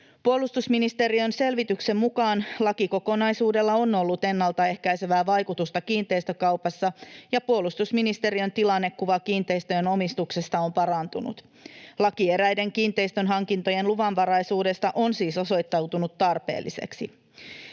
Puolustusministeriön selvityksen mukaan lakikokonaisuudella on ollut ennaltaehkäisevää vaikutusta kiinteistökaupassa, ja puolustusministeriön tilannekuva kiinteistöjen omistuksesta on parantunut. Laki eräiden kiinteistönhankintojen luvanvaraisuudesta on siis osoittautunut tarpeelliseksi.